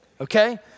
okay